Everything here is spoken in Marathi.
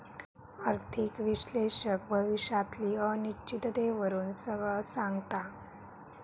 आर्थिक विश्लेषक भविष्यातली अनिश्चिततेवरून सगळा सांगता